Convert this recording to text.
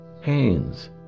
hands